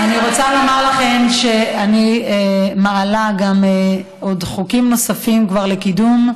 אני רוצה לומר לכם שאני כבר מעלה חוקים נוספים לקידום.